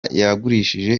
yagurishije